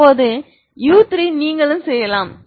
இப்போது u3 நீங்களும் செய்யலாம்